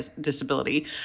disability